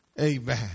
Amen